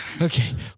Okay